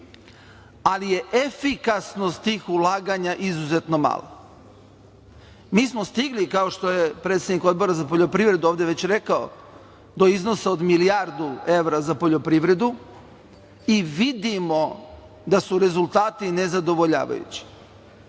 ali je efikasnost tih ulaganja izuzetno mala. Mi smo stigli, kao što je predsednik Odbora za poljoprivredu, već rekao do iznosa od milijardu evra za poljoprivredu i vidimo da su rezultati nezadovoljavajući.